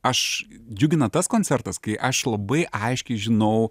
aš džiugina tas koncertas kai aš labai aiškiai žinau